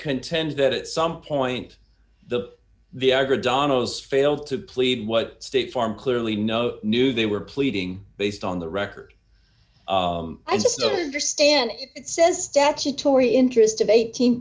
contend that at some point the viagra donal's fail to plead what state farm clearly know knew they were pleading based on the record i just don't understand it says statutory interest of eighteen